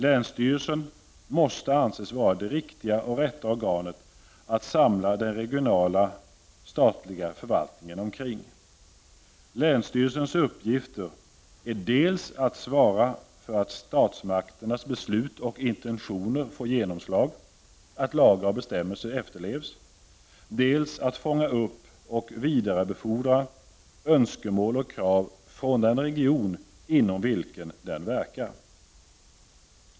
Länsstyrelsen måste anses vara det riktiga och rätta organet att samla den regionala statliga förvaltningen kring. Länsstyrelsens uppgifter är dels att svara för att statsmakternas beslut och intentioner får genomslag — att lagar och bestämmelser efterlevs —, dels att fånga upp och vidarebefordra önskemål och krav från den region inom vilken den verkar.